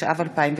התשע"ו 2016,